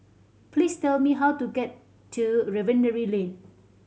please tell me how to get to Refinery Lane